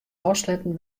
ôfsletten